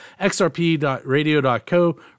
xrp.radio.co